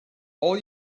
all